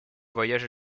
voyages